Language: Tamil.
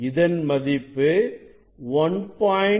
இதன் மதிப்பு 1